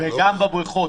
גם בבריכות.